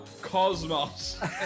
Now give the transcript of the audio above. Cosmos